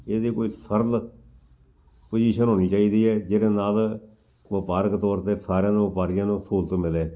ਇਹਦੀ ਕੋਈ ਸਰਲ ਪੁਜੀਸ਼ਨ ਹੋਣੀ ਚਾਹੀਦੀ ਹੈ ਜਿਹਦੇ ਨਾਲ ਵਪਾਰਕ ਤੌਰ 'ਤੇ ਸਾਰਿਆਂ ਨੂੰ ਵਪਾਰੀਆਂ ਨੂੰ ਸਹੂਲਤ ਮਿਲੇ